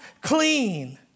clean